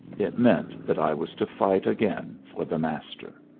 it meant that i was to fight again for the master.